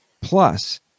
Plus